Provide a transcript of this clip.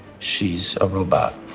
she's a robot.